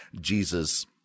Jesus